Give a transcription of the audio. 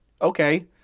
okay